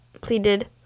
pleaded